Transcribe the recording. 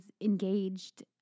engaged